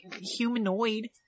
humanoid